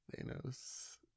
Thanos